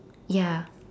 ya